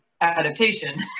adaptation